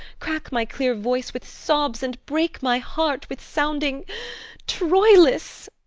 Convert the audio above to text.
crack my clear voice with sobs and break my heart, with sounding troilus.